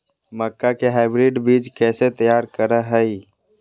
मक्का के हाइब्रिड बीज कैसे तैयार करय हैय?